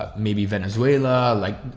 ah maybe venezuela, like